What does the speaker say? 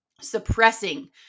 suppressing